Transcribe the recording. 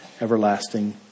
everlasting